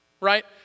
right